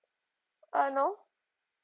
uh no